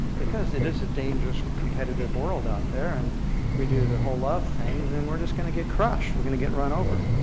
because it is a dangerous competitive world out there, and if we do the whole love thing, then we're just going to get crushed. we're going to get run over.